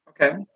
Okay